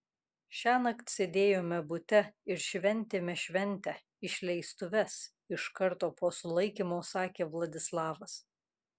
šiąnakt sėdėjome bute ir šventėme šventę išleistuves iš karto po sulaikymo sakė vladislavas